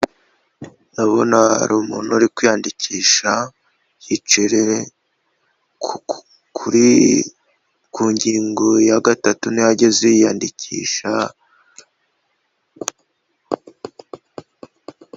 Ndabona hari umuntu uri kwiyandikisha yicirere ku ngingo ya gatatu niho ageze yiyandikisha.